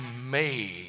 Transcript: made